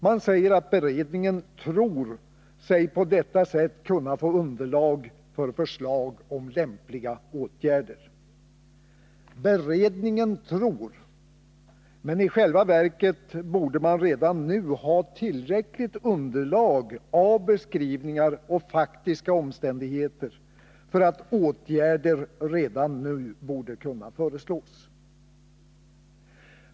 Man säger att beredningen tror sig på detta sätt kunna få underlag för förslag om lämpliga åtgärder. Beredningen tror — men i själva verket borde man redan nu ha tillräckligt underlag av beskrivningar och faktiska omständigheter för att åtgärder borde kunna föreslås.